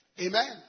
Amen